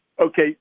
Okay